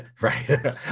right